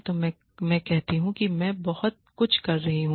तो मैं कहता हूं कि मैं बहुत कुछ कर रहा हूं